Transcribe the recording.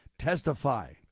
testify